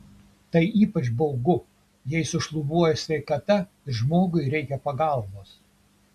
tai ypač baugu jei sušlubuoja sveikata ir žmogui reikia pagalbos